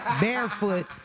barefoot